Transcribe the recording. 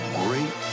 great